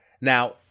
Now